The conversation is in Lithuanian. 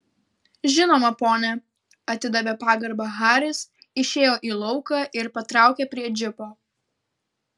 žinoma pone atidavė pagarbą haris išėjo į lauką ir patraukė prie džipo